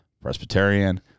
Presbyterian